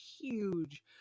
huge